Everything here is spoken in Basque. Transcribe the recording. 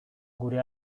gure